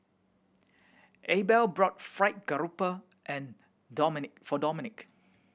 Abel bought fried grouper and Dominque for Dominque